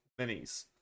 minis